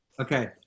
okay